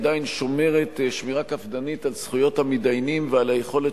עדיין שומרת שמירה קפדנית על זכויות המתדיינים ועל היכולת